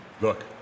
Look